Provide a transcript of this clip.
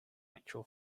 actual